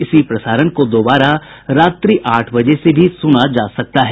इसी प्रसारण को दोबारा रात्रि आठ बजे से भी सुना जा सकता है